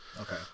Okay